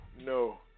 no